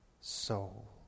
soul